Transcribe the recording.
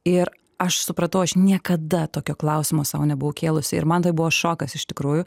ir aš supratau aš niekada tokio klausimo sau nebuvau kėlusi ir man tai buvo šokas iš tikrųjų